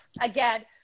Again